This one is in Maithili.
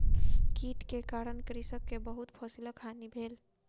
कीट के कारण कृषक के बहुत फसिलक हानि भेल